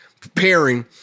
preparing